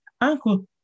uncle